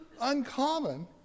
uncommon